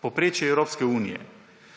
povprečje Evropske unije,